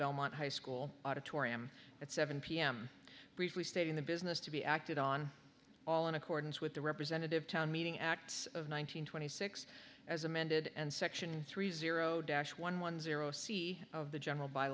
belmont high school auditorium at seven pm briefly stating the business to be acted on all in accordance with the representative town meeting acts of one nine hundred twenty six as amended and section three zero dash one one zero c of the general by